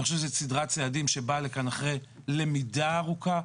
אני חושב שזו סדרת צעדים שבאה לכאן אחרי למידה ארוכה,